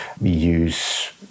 use